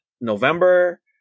november